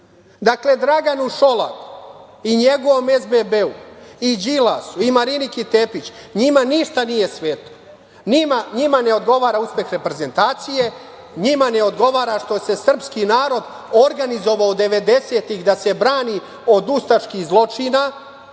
snimak. Dakle, Draganu Šolaku i njegovom SBB-u, i Đilasu, i Mariniki Tepić, njima ništa nije sveto. Njima ne odgovara uspeh reprezentacije, njima ne odgovara što se srpski narod organizovao devedesetih da se brani od ustaških zločinaca,